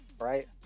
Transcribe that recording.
right